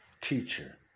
teacher